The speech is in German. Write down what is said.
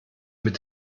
mit